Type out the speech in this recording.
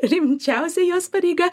rimčiausia jos pareiga